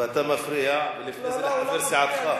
ואתה מפריע, ולפני זה לחבר סיעתך.